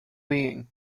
being